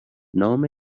نام